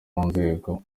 rwego